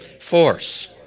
force